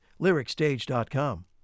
lyricstage.com